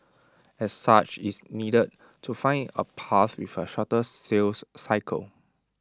as such IT needed to find A path with A shorter sales cycle